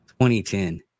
2010